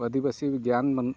ᱟᱹᱫᱤᱵᱟᱥᱤ ᱜᱮᱭᱟᱱ ᱵᱟᱹᱱᱩᱜ